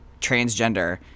transgender